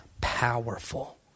powerful